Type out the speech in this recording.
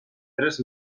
tres